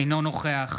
אינו נוכח